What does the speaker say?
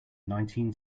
nineteen